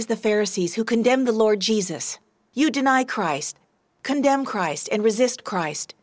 as the fair sea's who condemn the lord jesus you deny christ condemn christ and resist christ